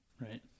Right